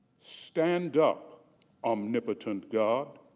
stand up omnipoten god.